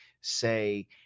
say